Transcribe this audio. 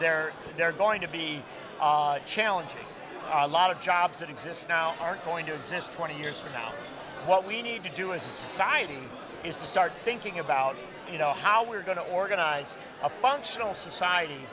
they're they're going to be challenging a lot of jobs that exist now are going to exist twenty years from now what we need to do is fighting is to start thinking about you know how we're going to organize a functional society